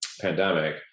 pandemic